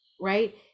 right